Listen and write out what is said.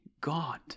God